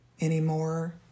anymore